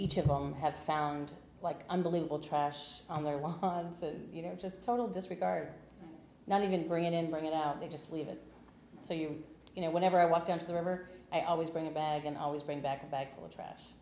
each of them have found like unbelievable trash on their one you know just total disregard not even bring it in my get out they just leave it so you know whenever i walk down to the river i always bring a bag and i always bring back a bag of trash